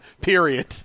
Period